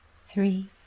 three